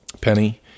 Penny